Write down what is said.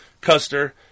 Custer